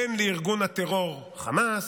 בין שלארגון הטרור חמאס,